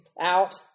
out